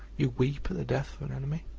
you weep at the death of an enemy?